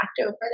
over